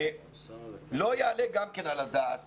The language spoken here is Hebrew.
לא יעלה על הדעת